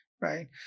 right